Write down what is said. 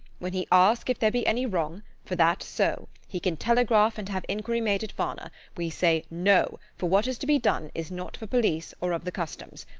when he ask if there be any wrong, for that so, he can telegraph and have inquiry made at varna, we say no for what is to be done is not for police or of the customs.